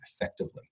effectively